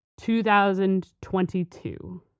2022